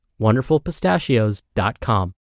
wonderfulpistachios.com